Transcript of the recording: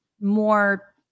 more